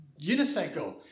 unicycle